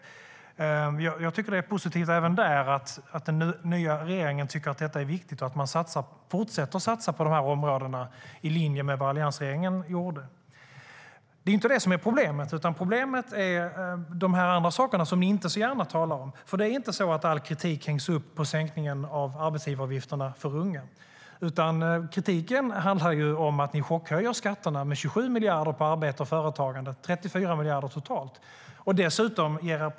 Även här tycker jag att det är positivt att den nya regeringen tycker att detta är viktigt och att man fortsätter att satsa på de här områdena i linje med vad alliansregeringen gjorde. Det är inte detta som är problemet, näringsministern, utan det är de andra sakerna som ni inte talar så gärna om. Det är inte så att all kritik hängs upp på sänkningen av arbetsgivaravgifterna för unga. Kritiken handlar om att ni chockhöjer skatterna med 27 miljarder på arbete och företagande. Det blir 34 miljarder totalt.